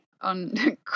on